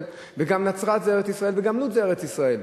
וגם נצרת זה ארץ-ישראל וגם לוד זה ארץ-ישראל.